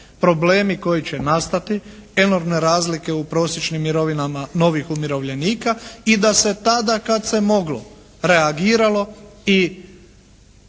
problemi koji će nastati, enormne razlike u prosječnim mirovinama novih umirovljenika i da se tada kad se moglo reagiralo i